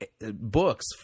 books